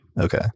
Okay